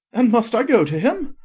and must i go to him?